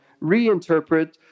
reinterpret